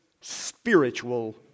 spiritual